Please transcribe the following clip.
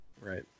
Right